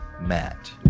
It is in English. matt